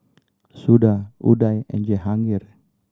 Suda Udai and Jahangir